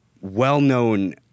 well-known